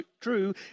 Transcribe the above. true